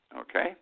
Okay